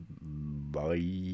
Bye